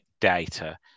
data